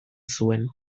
zuen